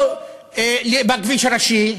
זה לא בכביש הראשי,